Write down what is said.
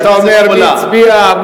אתה אומר מי הצביע,